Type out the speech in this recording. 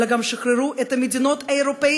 אלא שחררו גם את מדינות אירופה,